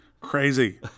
Crazy